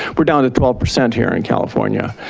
we're down to twelve percent here in california.